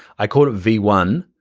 i called it v one,